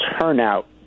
turnout